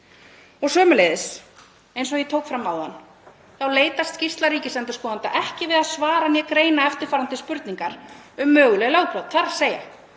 Sömuleiðis, eins og ég tók fram áðan, þá leitast skýrsla ríkisendurskoðanda ekki við að svara né greina eftirfarandi spurningar um möguleg lögbrot, þ.e.: Hverjir